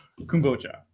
kombucha